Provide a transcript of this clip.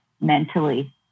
mentally